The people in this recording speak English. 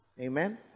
Amen